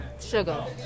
Sugar